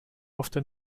often